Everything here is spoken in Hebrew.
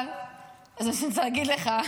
אז רציתי להגיד לך,